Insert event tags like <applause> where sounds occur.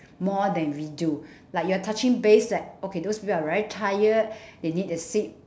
more than we do <breath> like you're touching base that okay those people are very tired <breath> they need a seat